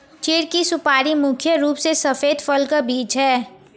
चीढ़ की सुपारी मुख्य रूप से सफेद फल का बीज है